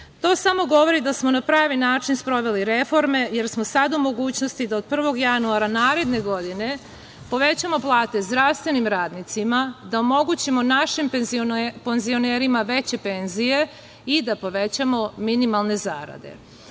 To samo govori da smo na pravi način sproveli reforme, jer smo sad u mogućnosti da od 1. januara naredne godine povećamo plate zdravstvenim radnicima, da omogućimo našim penzionerima veće penzije i da povećamo minimalne zarade. Smatram